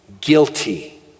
Guilty